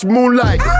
Moonlight